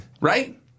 Right